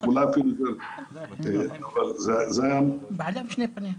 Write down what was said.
זה היה מזעזע,